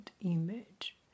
image